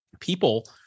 people